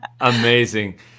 Amazing